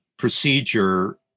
Procedure